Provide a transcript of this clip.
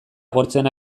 agortzen